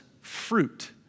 fruit